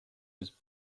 was